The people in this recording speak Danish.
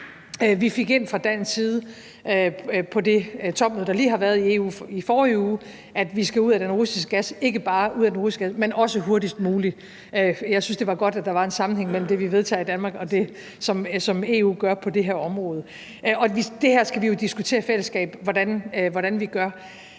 gå for langsomt. På det topmøde, der lige har været i EU i forrige uge, fik vi fra dansk side ind, at vi ikke bare skal ud af den russiske gas, men også hurtigst muligt. Jeg synes, det er godt, at der er en sammenhæng mellem det, vi vedtager i Danmark, og det, som EU gør på det her område. Vi skal jo diskutere i fællesskab, hvordan vi gør